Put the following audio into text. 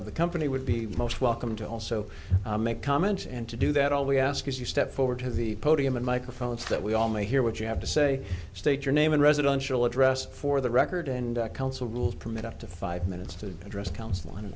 of the company would be most welcome to also make comments and to do that all we ask is you step forward to the podium and microphones that we all may hear what you have to say state your name and residential address for the record and council rules permit up to five minutes to address coun